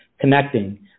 Connecting